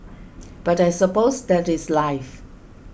but I suppose that is life